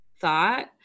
thought